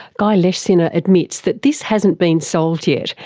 guy leschziner admits that this hasn't been solved yet,